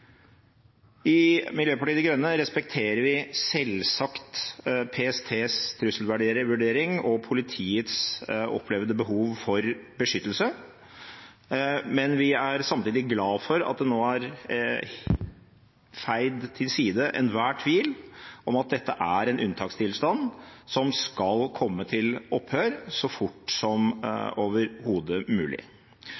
I Miljøpartiet De Grønne respekterer vi selvsagt PSTs trusselvurdering og politiets opplevde behov for beskyttelse, men vi er samtidig glade for at det nå er feid til side enhver tvil om at dette er en unntakstilstand som skal komme til opphør så fort som overhodet mulig.